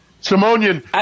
Simonian